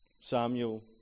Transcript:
Samuel